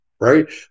right